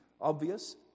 obvious